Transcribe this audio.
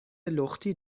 لختی